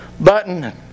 button